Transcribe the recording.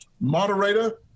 moderator